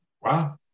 Wow